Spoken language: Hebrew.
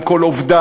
עם כל עובדיו,